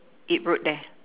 it wrote there